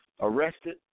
arrested